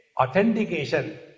authentication